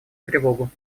тревогу